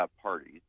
parties